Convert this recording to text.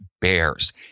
bears